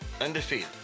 Undefeated